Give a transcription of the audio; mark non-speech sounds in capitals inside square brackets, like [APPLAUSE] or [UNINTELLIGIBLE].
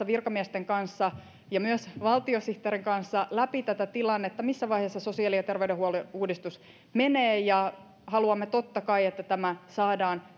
[UNINTELLIGIBLE] virkamiesten kanssa ja myös valtiosihteerin kanssa läpi tätä tilannetta missä vaiheessa sosiaali ja terveydenhuollon uudistus menee haluamme totta kai että tämä saadaan [UNINTELLIGIBLE]